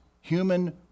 human